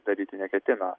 daryti neketina